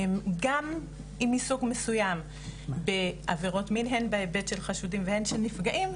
גם אם היא סוג מסוים בעבירות מין הן בהיבט של חשודים והן של נפגעים,